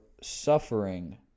suffering